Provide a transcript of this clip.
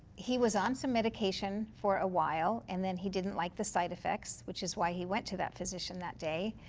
he was on some medication for a while. and then he didn't like the side effects. which is why he went to that physician that day.